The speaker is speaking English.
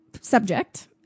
subject